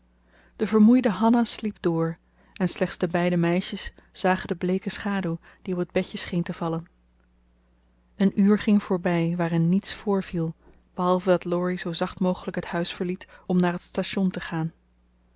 de vermoeide hanna sliep door en slechts de beide meisjes zagen de bleeke schaduw die op het bedje scheen te vallen een uur ging voorbij waarin niets voorviel behalve dat laurie zoo zacht mogelijk het huis verliet om naar het station te gaan